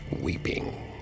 weeping